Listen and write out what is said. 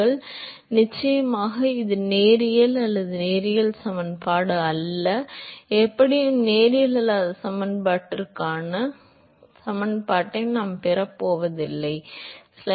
எனவே நிச்சயமாக இது நேரியல் அல்லாத நேரியல் சமன்பாடு அல்ல அது ஆச்சரியமல்ல எப்படியும் நேரியல் அல்லாத சமன்பாட்டிற்கான நேரியல் சமன்பாட்டை நாம் பெறப் போவதில்லை